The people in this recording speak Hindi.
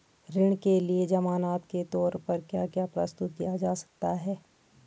ऋण के लिए ज़मानात के तोर पर क्या क्या प्रस्तुत किया जा सकता है?